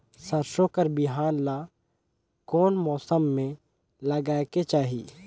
सरसो कर बिहान ला कोन मौसम मे लगायेक चाही?